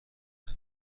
کنه